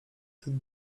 tych